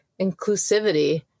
inclusivity